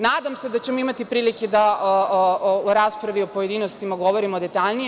Nadam se da ćemo imati prilike da u raspravi u pojedinostima govorimo detaljnije.